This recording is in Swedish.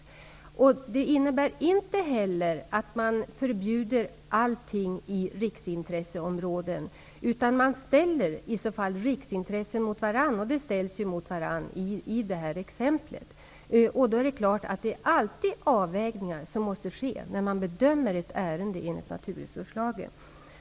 Inte heller innebär en prövning enligt nämnda kapitel ett totalförbud i områden som är av riksintresse. I stället ställs riksintressen mot varandra, och så sker ju i det här exemplet. Det är klart att avvägningar alltid måste göras när ett ärende bedöms enligt naturresurslagen.